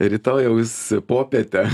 rytojaus popietę